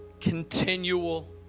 continual